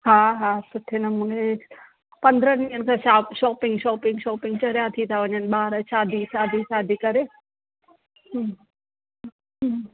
हा हा सुठे नमूने पंदरहनि ॾींहनि खां शोपिंग शोपिंग शोपिंग चरिया थी था वञनि ॿार शादी शादी शादी करे